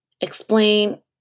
explain